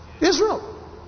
Israel